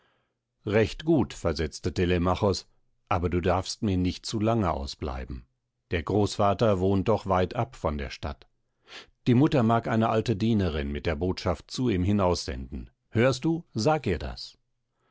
recht gut versetzte telemachos aber du darfst mir nicht zu lange ausbleiben der großvater wohnt doch weit ab von der stadt die mutter mag eine alte dienerin mit der botschaft zu ihm hinaussenden hörst du sag ihr das